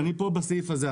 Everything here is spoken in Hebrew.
אני פה, בסעיף הזה.